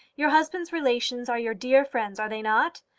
your husband's relations are your dear friends are they not?